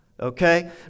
Okay